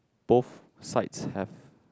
both sides have